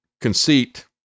conceit